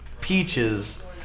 peaches